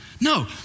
No